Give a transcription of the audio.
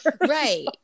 Right